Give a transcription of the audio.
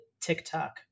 TikTok